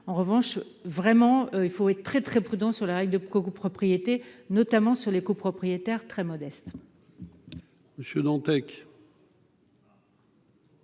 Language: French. en revanche, vraiment il faut être très très prudent sur la règle de copropriété, notamment sur les copropriétaires très modeste.